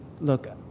look